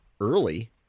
early